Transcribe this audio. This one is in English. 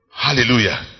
hallelujah